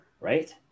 right